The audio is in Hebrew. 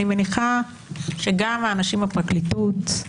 אני מניחה שגם האנשים בפרקליטות,